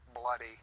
bloody